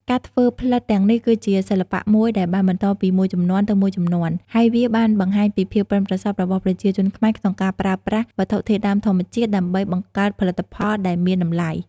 ការធ្វើផ្លិតទាំងនេះគឺជាសិល្បៈមួយដែលបានបន្តពីមួយជំនាន់ទៅមួយជំនាន់ ហើយវាបានបង្ហាញពីភាពប៉ិនប្រសប់របស់ប្រជាជនខ្មែរក្នុងការប្រើប្រាស់វត្ថុធាតុដើមធម្មជាតិដើម្បីបង្កើតផលិតផលដែលមានតម្លៃ។